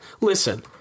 listen